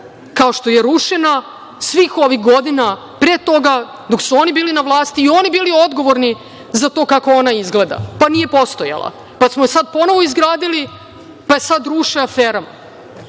kao što je rušena svih ovih godina, pre toga dok su oni bili na vlasti, oni bili odgovorni za to kako ona izgleda, pa nije postojala, pa smo je sada ponovo izgradili, pa je sada ruše aferama.